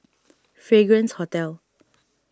Fragrance Hotel